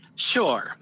Sure